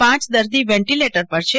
પ દર્દી વેન્ટીલેટર પર છે